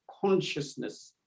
consciousness